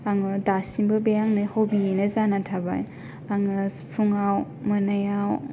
आङो दासिमबो बे आंनि हबियैनो जानानै थाबाय आङो फुङाव मोनायाव